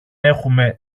έχουμε